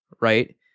right